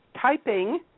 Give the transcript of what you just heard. typing